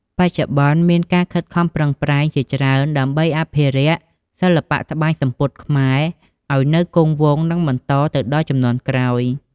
បច្ចុប្បន្ន មានការខិតខំប្រឹងប្រែងជាច្រើនដើម្បីអភិរក្សសិល្បៈត្បាញសំពត់ខ្មែរឲ្យនៅគង់វង្ស និងបន្តទៅដល់ជំនាន់ក្រោយ។